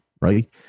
right